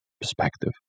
perspective